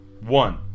One